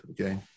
okay